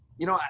you know,